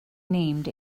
named